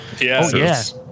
Yes